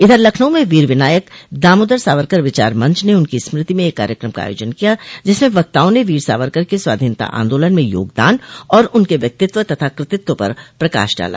इधर लखनऊ में वीर विनायक दामोदर सावरकर विचार मंच ने उनकी स्मृति में एक कार्यक्रम का आयोजन किया जिसमें वक्ताओं ने वीर सावरकर के स्वाधीनता आन्दोलन में योगदान और उनके व्यक्तित्व तथा कृत्तिव पर प्रकाश डाला